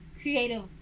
creative